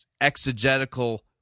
exegetical